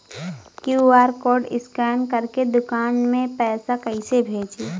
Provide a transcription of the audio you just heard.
QR code scan करके दुकान में पैसा कइसे भेजी?